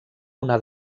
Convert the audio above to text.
una